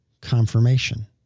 confirmation